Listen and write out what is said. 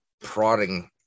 prodding